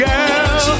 Girl